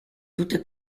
tutte